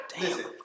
Listen